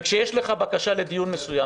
כאשר יש לך בקשה לדיון מסוים,